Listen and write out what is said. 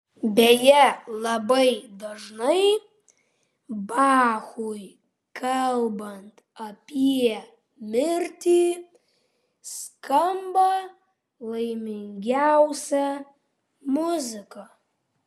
beje labai dažnai bachui kalbant apie mirtį skamba laimingiausia muzika